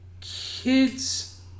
kids